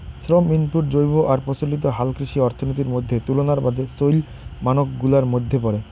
শ্রম ইনপুট জৈব আর প্রচলিত হালকৃষি অর্থনীতির মইধ্যে তুলনার বাদে চইল মানক গুলার মইধ্যে পরে